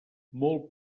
molt